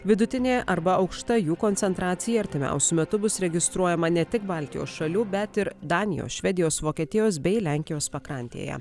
vidutinė arba aukšta jų koncentracija artimiausiu metu bus registruojama ne tik baltijos šalių bet ir danijos švedijos vokietijos bei lenkijos pakrantėje